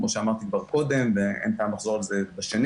כמו שאמרתי כבר קודם ואין טעם לחזור על זה בשנית.